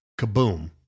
kaboom